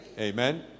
Amen